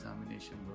examination